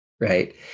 Right